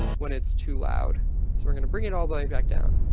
when it's too loud. so we're going to bring it all the way back down.